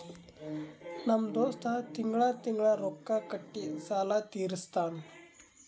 ನಮ್ ದೋಸ್ತ ತಿಂಗಳಾ ತಿಂಗಳಾ ರೊಕ್ಕಾ ಕೊಟ್ಟಿ ಸಾಲ ತೀರಸ್ತಾನ್